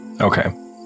Okay